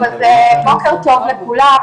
בוקר טוב לכולם,